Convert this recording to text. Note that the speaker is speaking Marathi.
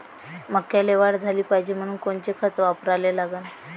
मक्याले वाढ झाली पाहिजे म्हनून कोनचे खतं वापराले लागन?